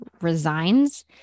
resigns